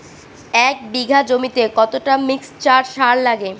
এক বিঘা জমিতে কতটা মিক্সচার সার লাগে?